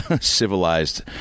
civilized